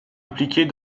impliquée